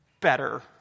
better